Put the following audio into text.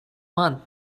month